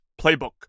playbook